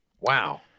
Wow